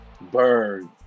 Bird